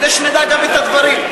כדי שנדע גם את הדברים.